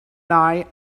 night